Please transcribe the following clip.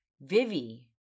Vivi